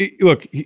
look